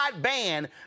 ban